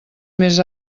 més